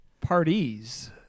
Parties